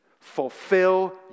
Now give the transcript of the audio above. Fulfill